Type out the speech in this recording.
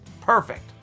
Perfect